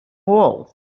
wool